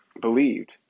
believed